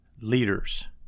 leaders